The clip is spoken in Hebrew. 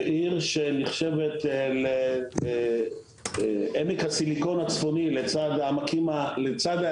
עיר שנחשבת לעמק הסיליקון הצפוני לצד הסיליקונים